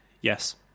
Yes